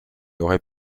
aurait